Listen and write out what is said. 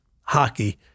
hockey